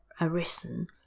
arisen